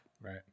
Right